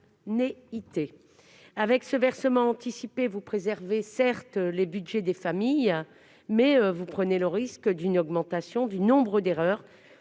avec un versement anticipé, vous préservez, certes, le budget des familles, mais vous prenez le risque d'une augmentation du nombre d'erreurs,